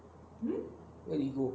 where did it go